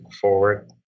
forward